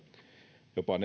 jopa